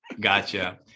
gotcha